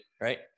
right